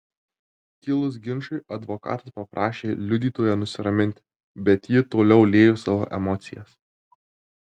kilus ginčui advokatas paprašė liudytoją nusiraminti bet ji toliau liejo savo emocijas